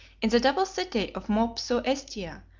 in the double city of mopsuestia,